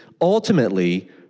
ultimately